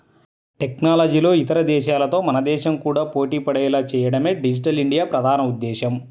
టెక్నాలజీలో ఇతర దేశాలతో మన దేశం కూడా పోటీపడేలా చేయడమే డిజిటల్ ఇండియా ప్రధాన ఉద్దేశ్యం